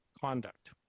conduct